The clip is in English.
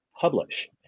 publish